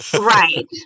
right